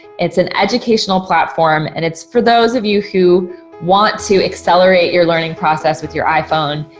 it's an educational platform, and it's for those of you who want to accelerate your learning process with your iphone.